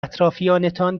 اطرافیانتان